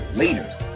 leaders